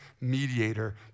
mediator